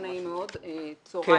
אני